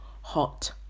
hot